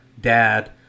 dad